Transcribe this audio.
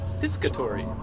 Piscatory